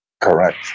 Correct